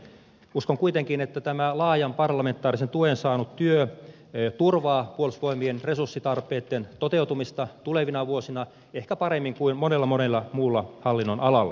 uskon kuitenkin että tämä laajan parlamentaarisen tuen saanut työ turvaa puolustusvoimien resurssitarpeitten toteutumista tulevina vuosina ehkä paremmin kuin monella monella muulla hallinnonalalla